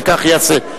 וכך ייעשה.